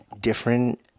different